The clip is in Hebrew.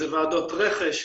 זה ועדות רכש.